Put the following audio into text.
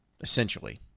essentially